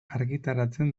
argitaratzen